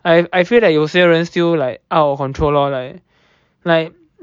I I feel like 有些人 still like out of control lor like like